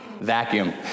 Vacuum